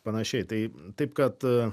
panašiai tai taip kad